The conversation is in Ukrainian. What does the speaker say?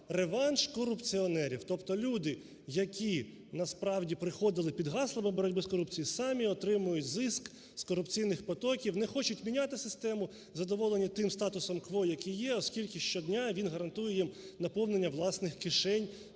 реванш корупціонерів, тобто люди, які насправді приходили під гаслами боротьби з корупцією? самі отримують зиск з корупційних потоків, не хочуть міняти систему, задоволені тим статусом-кво, який є, оскільки щодня він гарантує їм наповнення власних кишень